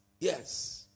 Yes